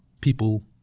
people